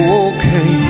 okay